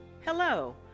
Hello